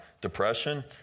depression